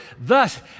Thus